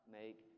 make